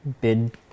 bid